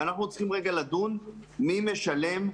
ואנחנו צריכים לדון מי משלם,